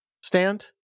stand